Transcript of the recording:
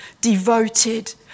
devoted